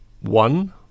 one